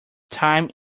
time